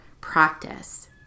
practice